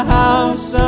house